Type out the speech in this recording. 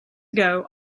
ago